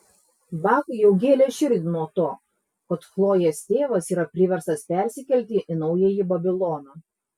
bakui jau gėlė širdį nuo to kad chlojės tėvas yra priverstas persikelti į naująjį babiloną